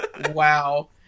Wow